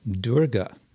Durga